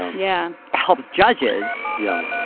yeah. helps judges, you know,